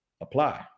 apply